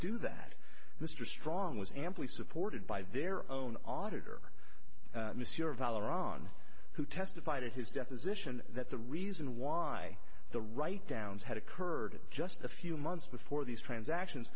do that mr strong was amply supported by their own auditor miss your valor on who testified in his deposition that the reason why the write downs had occurred just a few months before these transactions